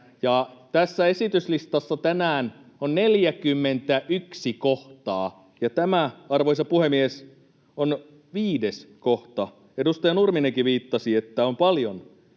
Esityslistassa tänään on 41 kohtaa, ja tämä, arvoisa puhemies, on viides kohta. Edustaja Nurminenkin viittasi, että on paljon